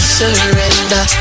surrender